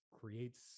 creates